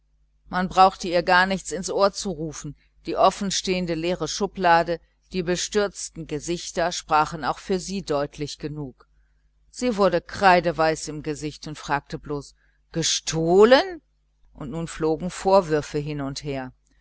man brauchte ihr gar nichts ins ohr zu rufen die offenstehende leere schublade die bestürzten gesichter sprachen auch für sie deutlich genug sie wurde kreideweiß im gesicht und fragte bloß gestohlen und nun flogen vorwürfe hin und her